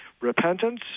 repentance